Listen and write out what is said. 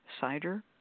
cider